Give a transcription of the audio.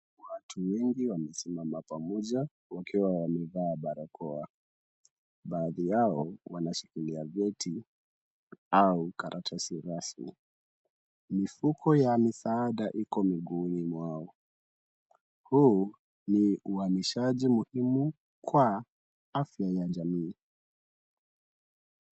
Watu wengi wamesimama pamoja wakiwa wamevaa barakoa. Baadhi yao wanashikilia vyeti au karatasi rasmi. Mifuko ya misaada iko miguuni mwao. Huu ni uhamishaji muhimu kwa afya ya jamii.